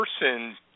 person